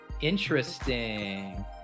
interesting